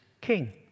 king